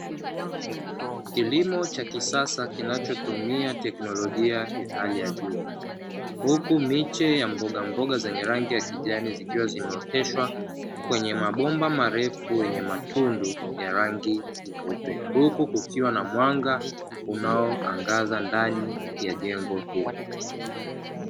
Kilimo cha kisas kinachotumia teknolojia ya hali ya juu huku miche ya mboga ikiwa imeoteshwa kwenye mapomba yaliyotobolewa na kuchanua vizuri huku kukiwa na mwanga unaoangaza ndani ya jengo hilo